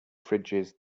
fridges